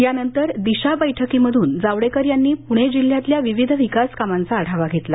त्यानंतर दिशा बैठकीमधून त्यांनी पुणे जिल्ह्यातल्या विविध विकास कामांचा आढावा घेतला